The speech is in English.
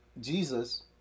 Jesus